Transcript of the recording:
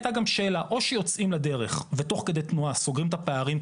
הייתה גם שאלה או שיוצאים לדרך ותוך כדי תנועה סוגרים את הפערים,